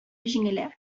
җиңелә